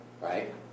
right